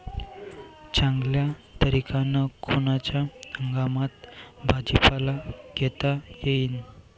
चांगल्या तरीक्यानं कोनच्या हंगामात भाजीपाला घेता येईन?